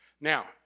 Now